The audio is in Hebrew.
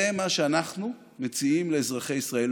זה מה שאנחנו מציעים לאזרחי ישראל.